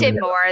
more